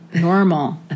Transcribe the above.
normal